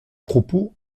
propos